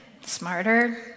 Smarter